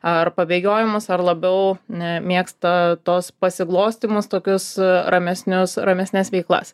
ar pabėgiojimas ar labiau nemėgsta tos pasiglostymus tokius ramesnius ramesnes veiklas